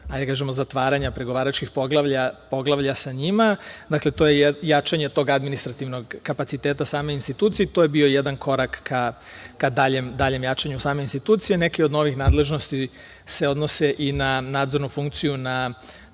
prilikom zatvaranja pregovaračkih poglavlja sa njima. Dakle, to je jačanje tog administrativnog kapaciteta same institucije i to je bio jedan korak ka daljem jačanju same institucije. Neke od novih nadležnosti se odnose i na nadzornu funkciju na